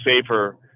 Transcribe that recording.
safer